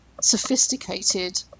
sophisticated